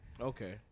Okay